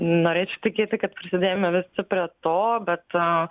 norėčiau tikėti kad prisidėjome prie to bet